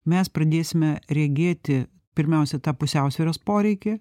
mes pradėsime regėti pirmiausia tą pusiausvyros poreikį